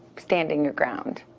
standing your ground.